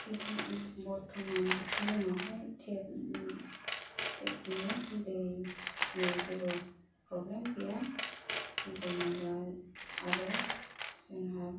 तेपनि बर्थ'मान जोंनावहाय तेपनि दैनि जेबो प्रब्लेम गैया जेनेबा आरो जोंहा